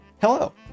hello